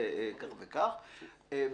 אבל